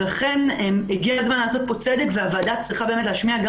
לכן הגיע הזמן לעשות פה צדק והוועדה צריכה להשמיע גם